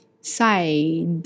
Side